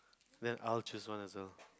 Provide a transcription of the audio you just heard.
then I'll choose one also